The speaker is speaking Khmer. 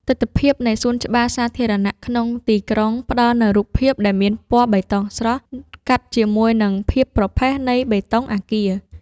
ទិដ្ឋភាពនៃសួនច្បារសាធារណៈក្នុងទីក្រុងផ្ដល់នូវរូបភាពដែលមានពណ៌បៃតងស្រស់ កាត់ជាមួយនឹងភាពប្រផេះនៃបេតុងអាគារ។